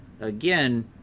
Again